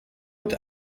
mit